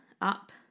up